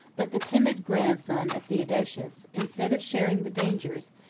but the timid grandson of theodosius, instead of sharing the dangers,